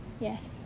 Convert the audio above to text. yes